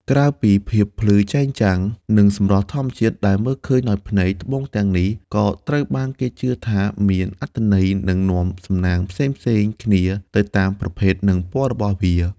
ក្រៅពីភាពភ្លឺចែងចាំង និងសម្រស់ធម្មជាតិដែលមើលឃើញដោយភ្នែក ត្បូងទាំងនេះក៏ត្រូវបានគេជឿថាមាន អត្ថន័យ និងនាំសំណាងផ្សេងៗគ្នា ទៅតាមប្រភេទ និងពណ៌របស់វា។